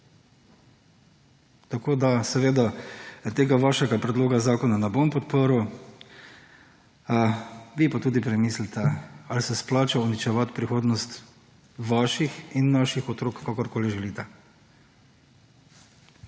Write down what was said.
Tako da tega vašega predloga zakona ne bom podprl. Vi pa tudi premislite ali se splača uničevati prihodnost vaših in naših otrok, kakorkoli želite.